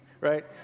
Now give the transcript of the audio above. right